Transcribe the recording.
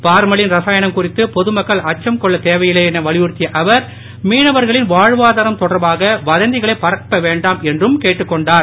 formalin ரசாயனம் குறித்து பொதுமக்கள் அச்சம் கொள்ள தேவையில்லை என வலியுறுத்திய அவர் மீனவர்களின் வாழ்வாதாரம் தொடர்பாக வதந்திகளை பரப்ப வேண்டாம் என்றும் கேட்டுக் கொண்டார்